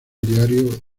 diario